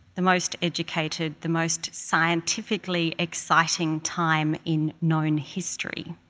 the most educated, the most scientifically exciting time in known history.